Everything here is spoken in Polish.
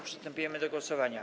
Przystępujemy do głosowania.